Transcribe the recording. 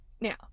Now